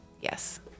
Yes